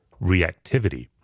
reactivity